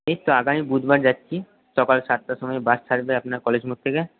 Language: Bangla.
এই তো আগামী বুধবার যাচ্ছি সকাল সাতটার সময়ে বাস ছাড়বে আপনার কলেজ মোড় থেকে